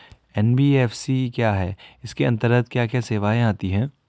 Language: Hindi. एन.बी.एफ.सी क्या है इसके अंतर्गत क्या क्या सेवाएँ आती हैं?